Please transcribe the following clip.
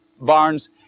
barns